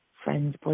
friends